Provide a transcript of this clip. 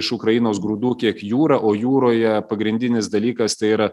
iš ukrainos grūdų kiek jūra o jūroje pagrindinis dalykas tai yra